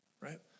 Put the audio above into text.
Right